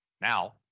Now